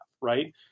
right